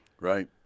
Right